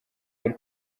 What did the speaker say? muri